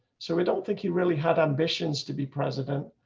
so we don't think he really had ambitions to be president.